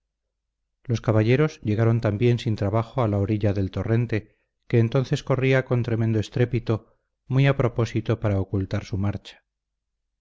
los caballos llegaron también sin trabajo a la orilla del torrente que entonces corría con tremendo estrépito muy a propósito para ocultar su marcha